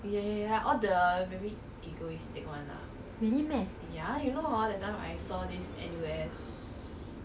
mm